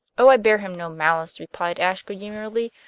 oh, i bear him no malice, replied ashe good-humoredly,